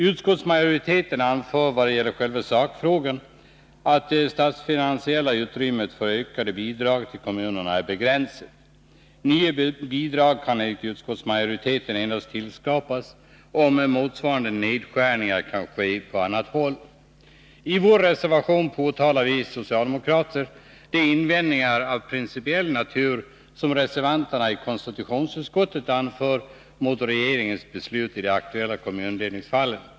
Utskottsmajoriteten anför vad gäller själva sakfrågan att det statsfinansiella utrymmet för ökade bidrag till kommunerna är begränsat. Nya bidrag kan enligt utskottsmajoriteten endast tillskapas om motsvarande nedskärningar kan ske på annat håll. I vår reservation påtalar vi socialdemokrater de invändningar av principiell natur som reservanterna i konstitutionsutskottet anför mot regeringens beslut i de aktuella kommundelningsfallen.